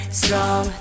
strong